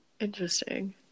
Interesting